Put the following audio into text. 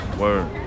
Word